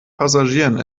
passagieren